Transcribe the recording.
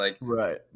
Right